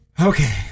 Okay